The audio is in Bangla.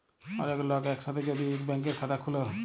ওলেক লক এক সাথে যদি ইক ব্যাংকের খাতা খুলে ও